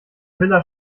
villa